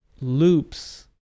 loops